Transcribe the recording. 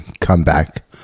comeback